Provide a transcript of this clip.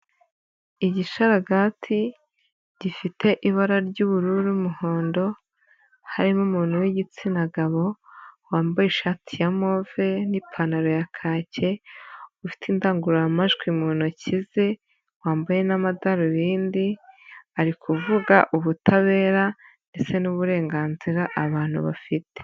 Igisharagati gifite ibara ry'ubururu n'umuhondo harimo umuntu w'igitsina gabo wambaye ishati ya move n'ipantaro ya kake ufite indangururamajwi mu ntoki ze wambaye n'amadarubindi ari kuvuga ubutabera ndetse n'uburenganzira abantu bafite.